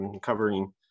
covering